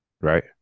right